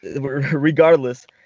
regardless